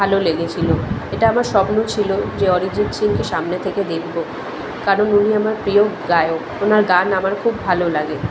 ভালো লেগেছিলো এটা আমার স্বপ্ন ছিল যে অরিজিৎ সিংকে সামনে থেকে দেখব কারণ উনি আমার প্রিয় গায়ক ওনার গান আমার খুব ভালো লাগে